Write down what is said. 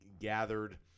gathered